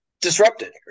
disrupted